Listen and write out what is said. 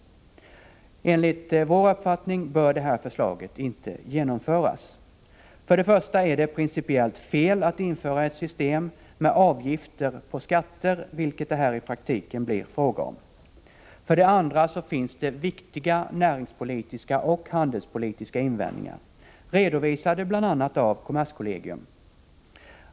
Enligt vår uppfattning bör det här förslaget inte genomföras. För det första är det principiellt fel att införa ett system med avgifter på skatter, vilket det här i praktiken blir fråga om. För det andra finns det viktiga näringspolitiska och handelspolitiska invändningar, redovisade bl.a. av kommerskollegium.